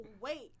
wait